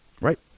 right